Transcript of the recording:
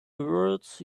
words